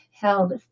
held